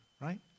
right